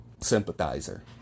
sympathizer